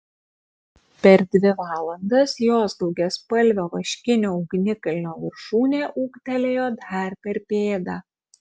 per dvi valandas jos daugiaspalvio vaškinio ugnikalnio viršūnė ūgtelėjo dar per pėdą